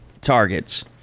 targets